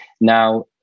Now